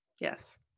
Yes